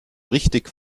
richtig